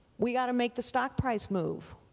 we got to make the stock price move.